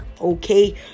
okay